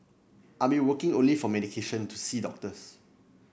I'd be working only for my medication to see doctors